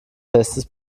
festes